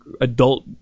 adult